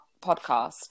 podcast